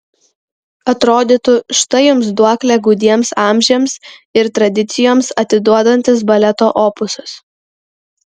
atrodytų štai jums duoklę gūdiems amžiams ir tradicijoms atiduodantis baleto opusas